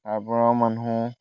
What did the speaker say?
তাৰ পৰা আৰু মানুহ